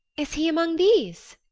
is he among these?